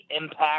impact